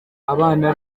abana